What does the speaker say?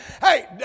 Hey